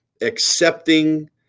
accepting